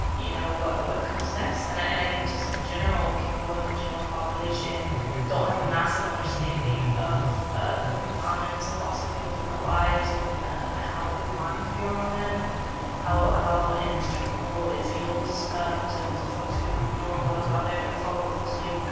you know what what comes next and and i think just in general people in the general population don't have a massive understanding of the predominance of fossil fuels in our lives and how reliant we are on them and how how inextricable it feels to to folks who know a lot about it or follow it closely